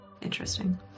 Interesting